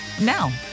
Now